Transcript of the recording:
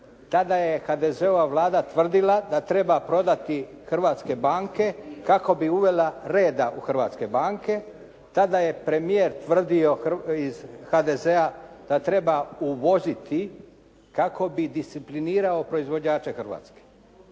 Tada je HDZ-ova vlada tvrdila da treba prodati hrvatske banke kako bi uvela reda u hrvatske banke. Tada je premijer tvrdio iz HDZ-a da treba uvoziti kako bi disciplinirao proizvođače Hrvatske.